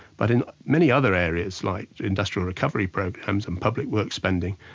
but in many other areas like industrial recovery programs and public works spending,